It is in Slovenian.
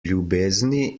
ljubezni